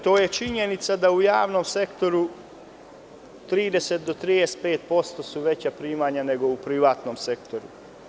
To je činjenica, da su u javnom sektoru 30 do 35% veća primanja nego u privatnom sektoru.